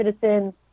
citizens